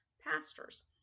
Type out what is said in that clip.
pastors